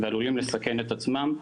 ועלולים לסכן את עצמם.